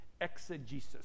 exegesis